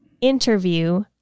Interview